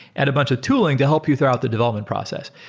add a bunch of tooling to help you throughout the development process.